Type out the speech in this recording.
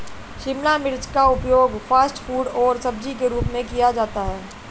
शिमला मिर्च का उपयोग फ़ास्ट फ़ूड और सब्जी के रूप में किया जाता है